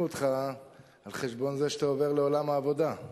אותך על חשבון זה שאתה עובר לעולם העבודה.